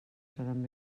seran